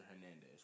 Hernandez